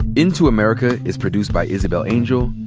into america is produced by isabel angel,